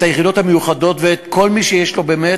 היחידות המיוחדות ואת כל מי שיש לו באמת,